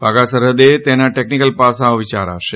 વાઘા સરહદે તેનાં ટેકનીકલ પાસાંઓ વિયારાશે